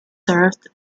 served